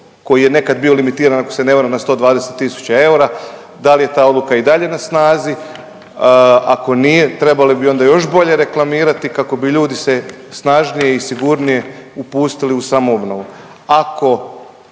koji je nekad bio limitiran ako se ne varam na 120 tisuća eura, da li je ta odluka i dalje na snazi? Ako nije trebali bi onda još bolje reklamirati kako bi ljudi se snažnije i sigurnije upustili u samoobnovu.